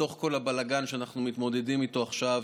מתוך כל הבלגן שאנחנו מתמודדים איתו עכשיו,